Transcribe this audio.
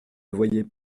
voyais